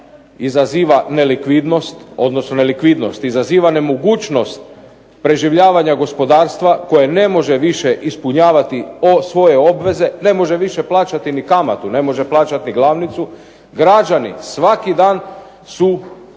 izaziva nemogućnost preživljavanja gospodarstva koje ne može više ispunjavati svoje obveze, ne može više plaćati ni kamatu, ne može plaćati glavnicu. Građani svaki dan su